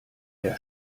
der